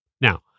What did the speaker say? Now